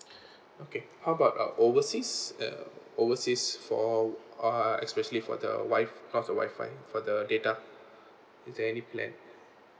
okay how about uh overseas uh overseas for uh especially for the wif~ how's the Wi-Fi for the data is there any plan